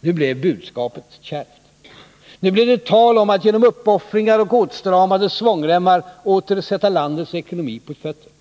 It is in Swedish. Nu blev budskapet kärvt. Nu blev det tal om att genom uppoffringar och åtstramade svångremmar åter sätta landets ekonomi på fötter.